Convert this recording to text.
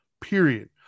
period